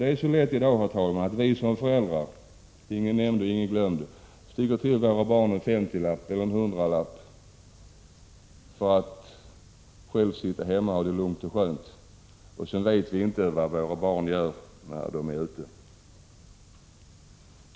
Det är så lätt, herr talman, att som förälder — ingen nämnd och ingen glömd — sticka till sitt barn en femtiolapp eller hundralapp för att själv kunna sitta hemma och ha det lugnt och skönt, men utan att veta vad barnet gör när det är ute.